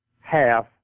half